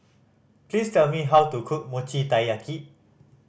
please tell me how to cook Mochi Taiyaki